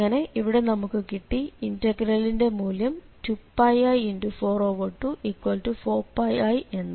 അങ്ങനെ ഇവിടെ നമുക്ക് കിട്ടി ഇന്റഗ്രലിന്റെ മൂല്യം 2πi424πi എന്ന്